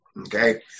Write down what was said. okay